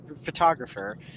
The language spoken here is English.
photographer